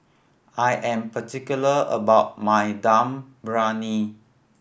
I am particular about my Dum Briyani